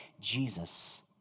Jesus